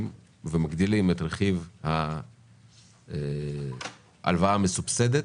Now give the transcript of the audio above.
ומגדילים את רכיב ההלוואה המסובסדת